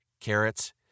carrots